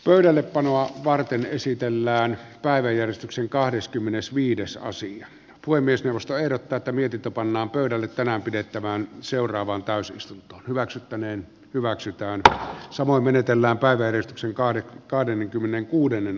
pöydällepanoa varten esitellään päiväjärjestyksen kahdeskymmenesviides aasia ja puhemiesneuvosto ehdottaa että mietintö pannaan pöydälle tänään pidettävään seuraavaan täysistunto hyväksyttäneen hyväksytäänpä se voi menetellä päivän sankari kahdenkymmenenkuuden